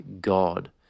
God